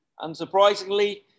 unsurprisingly